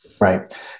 Right